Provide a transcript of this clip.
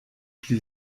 pli